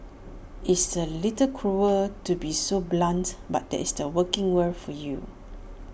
it's A little cruel to be so blunts but that's the working world for you